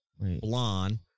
Blonde